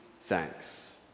thanks